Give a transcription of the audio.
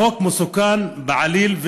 החוק מסוכן בעליל.